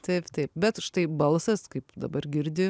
taip taip bet štai balsas kaip dabar girdi